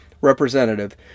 representative